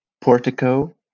Portico